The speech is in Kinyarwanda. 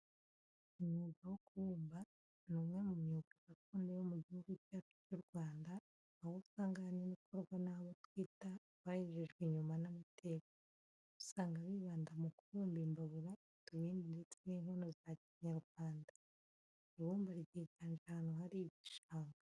Umwuga wo kubumba, ni umwe mu myuga gakondo yo mu Gihugu cyacu cy'u Rwanda, aho usanga ahanini ukorwa n'abo twita:"Abahejejwe inyuma n'amateka." Usanga bibanda mu kubumba imbabura, utubindi ndetse n'inkono za Kinyarwanda. Iryo bumba ryiganje ahantu hari igishanga.